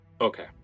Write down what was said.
Okay